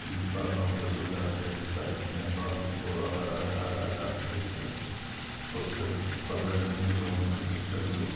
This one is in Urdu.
برتھوں پہ سو جاتے سائیڈ میں بازو دو الگ علیحدہ علیحدہ نشستیں ہیں اس پہ پکڑنے کی لوگوں کی جستجو